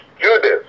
Judas